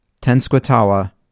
Tenskwatawa